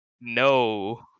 No